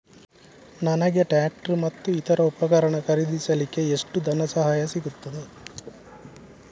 ನನಗೆ ಟ್ರ್ಯಾಕ್ಟರ್ ಮತ್ತು ಇತರ ಉಪಕರಣ ಖರೀದಿಸಲಿಕ್ಕೆ ಎಷ್ಟು ಧನಸಹಾಯ ಸಿಗುತ್ತದೆ?